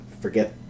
forget